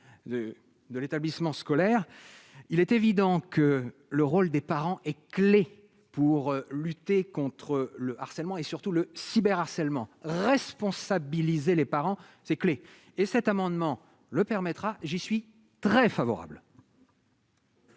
de l'établissement scolaire, il est évident que le rôle des parents et clé pour lutter contre le harcèlement et surtout le cyber harcèlement responsabiliser les parents, c'est clés et cet amendement, le permettra, j'y suis très favorable.